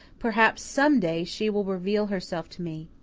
perhaps some day she will reveal herself to me.